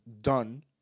done